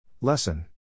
Lesson